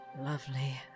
Lovely